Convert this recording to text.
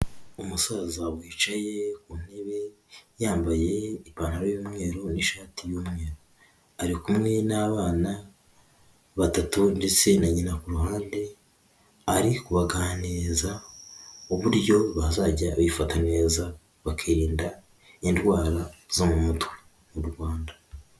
Umusaza wicaye ku ntebe, yambaye ipantaro y'umweru n'ishati y'umweru, ari kumwe n'abana batatu, ndetse na nyina ku ruhande, ari kubaganiriza uburyo bazajya bifata neza, bakirinda indwara zo mu mutwe, mu Rwanda.